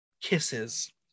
Kisses